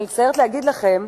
אני מצטערת להגיד לכם,